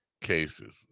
cases